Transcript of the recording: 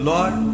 Lord